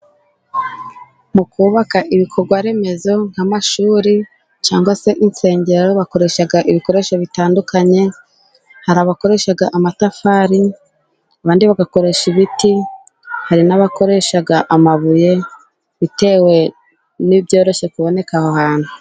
Mu kubaka ibikorwa remezo nk'amashuri cyangwa insengero bakoresha ibikoresho bitandukanye hari abakoresha amatafari, abandi bagakoresha ibiti, hari n'abakoresha amabuye bitewe n'ibyoroshye kuboneka aho hantu.